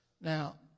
Now